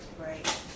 right